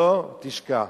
לא תשכח.